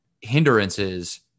hindrances